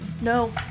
No